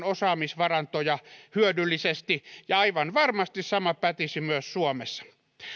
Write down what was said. osaamisvarantoja hyödyllisesti ja aivan varmasti sama pätisi myös suomessa